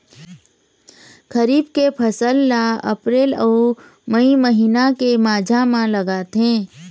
खरीफ के फसल ला अप्रैल अऊ मई महीना के माझा म लगाथे